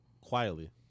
Quietly